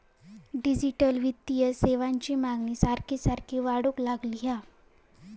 digital वित्तीय सेवांची मागणी सारखी सारखी वाढूक लागली हा